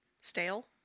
stale